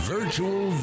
Virtual